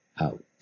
out